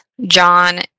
John